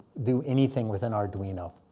do anything with an arduino.